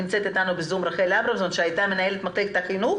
נמצאת איתנו בזום רחל אברמזון שהייתה מנהלת מחלקת החינוך